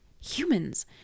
Humans